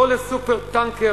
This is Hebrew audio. לא ל"סופר-טנקר",